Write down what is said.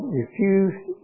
refused